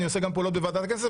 ואני עושה גם פעולות בוועדת הכנסת.